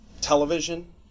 television